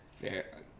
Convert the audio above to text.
Fair